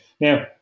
Now